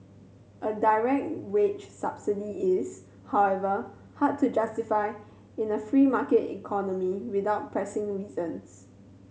a direct wage subsidy is however hard to justify in a free market economy without pressing reasons